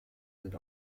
sind